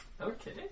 Okay